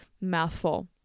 mouthful